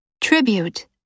Tribute